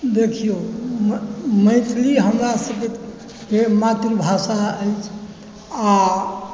देखिऔ मैथिली हमरा सभके मातृभाषा अछि आओर